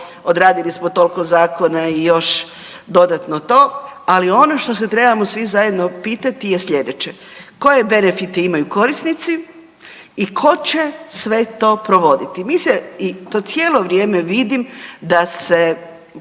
odradili smo toliko zakona i još dodatno to, ali ono što se trebamo svi zajedno pitati je slijedeće. Koje benefite imaju korisnici i tko će sve to provoditi? Mi se i to cijelo vrijeme vidim da se